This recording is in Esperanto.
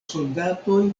soldatoj